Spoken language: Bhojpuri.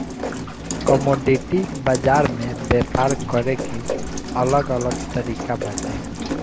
कमोडिटी बाजार में व्यापार करे के अलग अलग तरिका बाटे